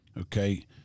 okay